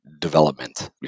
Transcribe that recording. development